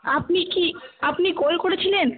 আপনি কি আপনি কল করেছিলেন